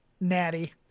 Natty